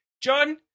John